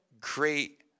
great